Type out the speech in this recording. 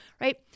right